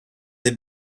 des